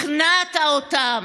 הכנעת אותם,